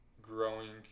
growing